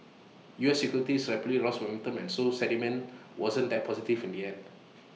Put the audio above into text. us equities rapidly lost momentum and so sentiment wasn't that positive from the end